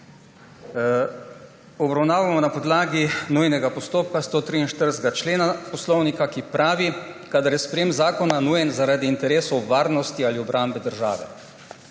obravnavamo na podlagi nujnega postopka 143. člena Poslovnika, ki pravi, »kadar je sprejem zakona nujen zaradi interesov varnosti in obrambe države«,